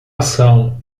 ação